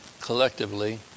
collectively